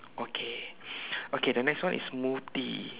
okay okay the next one is smoothie